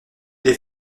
les